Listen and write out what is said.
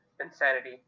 insanity